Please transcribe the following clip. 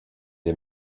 les